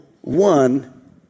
one